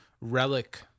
relic